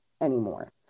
anymore